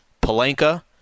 Palenka